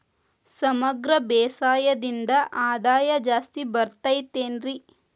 ಸಮಗ್ರ ಬೇಸಾಯದಿಂದ ಆದಾಯ ಜಾಸ್ತಿ ಬರತೈತೇನ್ರಿ?